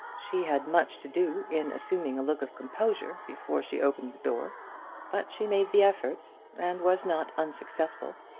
she had much to do in assuming a look of composure before she opened the door but she made the effort, and was not unsuccessful.